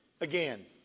again